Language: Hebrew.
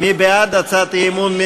מי בעד הצעת האי-אמון?